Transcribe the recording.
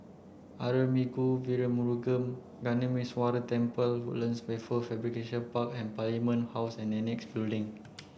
Arulmigu Velmurugan Gnanamuneeswarar Temple Woodlands Wafer Fabrication Park and Parliament House and Annexe Building